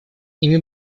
ими